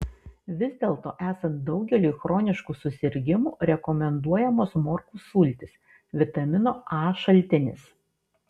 vis dėlto esant daugeliui chroniškų susirgimų rekomenduojamos morkų sultys vitamino a šaltinis